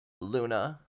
Luna